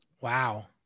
wow